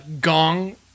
gong